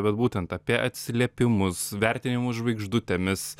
vat būtent apie atsiliepimus vertinimus žvaigždutėmis